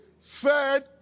fed